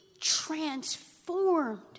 transformed